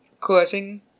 causing